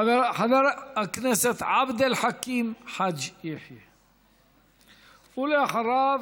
חבר הכנסת עבד אל חכים חאג' יחיא, ואחריו,